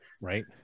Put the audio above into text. Right